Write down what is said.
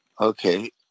Okay